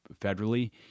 federally